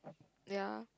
ya